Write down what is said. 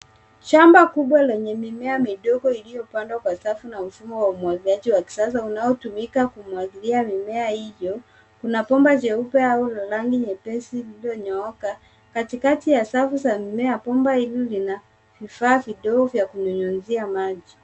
Shamba kuba lenye mimea midogo iliyopandwa kwa safu na mfumo wa umwagiliaji wa kisasa unaotumika kumwagilia mimea hiyo. Kuna bomba jeupe au la rangi nyepesi lililonyooka. Katikati ya safu za mimea bomba hili lina vifaa vidogo vya kunyunyuzia maji.